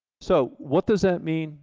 so, what does that mean